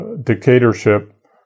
dictatorship